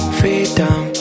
freedom